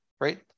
right